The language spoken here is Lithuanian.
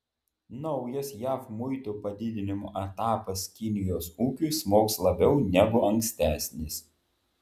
naujas jav muitų padidinimo etapas kinijos ūkiui smogs labiau negu ankstesnis